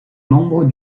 membre